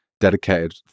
dedicated